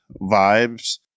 vibes